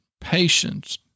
patience